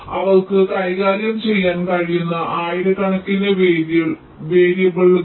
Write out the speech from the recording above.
അവർക്ക് കൈകാര്യം ചെയ്യാൻ കഴിയുന്ന ആയിരക്കണക്കിന് വേരിയബിളുകൾ